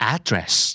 Address